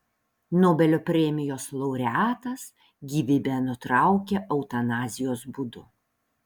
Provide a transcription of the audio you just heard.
nobelio premijos laureatas gyvybę nutraukė eutanazijos būdu